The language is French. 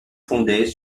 fondées